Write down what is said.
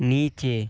নিচে